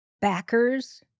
backers